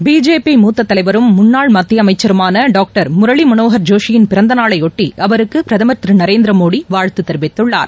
BJP மூத்த தலைவரும் முன்னாள் மத்திய அமைச்சருமான டாக்டர் முரளி மனோகர் ஜோஷியின் பிறந்தநாளையொட்டி அவருக்கு பிரதமர் திரு நரேந்திரமோடி வாழ்த்து தெரிவித்துள்ளார்